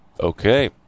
Okay